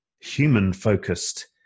human-focused